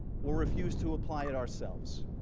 or refused to apply it ourselves.